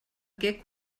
què